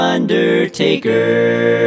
Undertaker